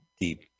deep